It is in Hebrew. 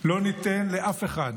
לא ניתן לאף אחד